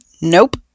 Nope